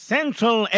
Central